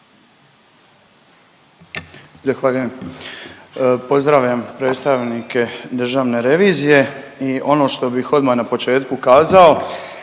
Zahvaljujem. Pozdravljam predstavnike državne revizije i ono što bih odmah na početku kazao